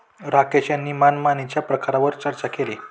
राकेश यांनी मनमानीच्या प्रकारांवर चर्चा केली